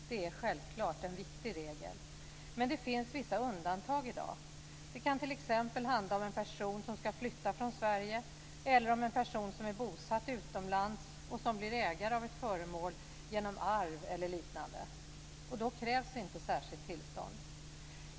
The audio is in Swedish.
Det är självklart en viktig regel. Men det finns i dag vissa undantag. Det kan t.ex. handla om en person som ska flytta från Sverige eller om en person som är bosatt utomlands och som blir ägare av ett föremål genom arv eller liknande. Då krävs inte särskilt tillstånd.